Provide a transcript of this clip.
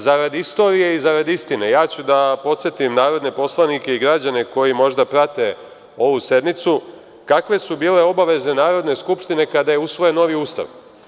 Zarad istorije i zarad istine, ja ću da podsetim narodne poslanike i građane koji možda prate ovu sednicu kakve su bile obaveze Narodne skupštine kada je usvojen novi Ustav.